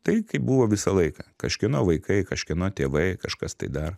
tai kaip buvo visą laiką kažkieno vaikai kažkieno tėvai kažkas tai dar